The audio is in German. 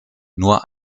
nur